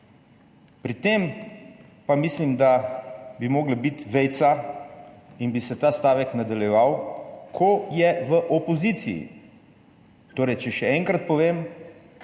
Pri tem pa mislim, da bi morala biti vejica in bi se ta stavek nadaljeval: », ko je v opoziciji«.